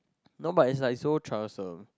no but it's like so troublesome